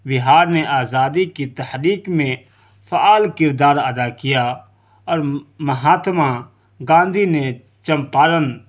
بہار نے آزادی کی تحریک میں فعال کردار ادا کیا اور مہاتما گاندھی نے چمپارن